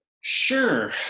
Sure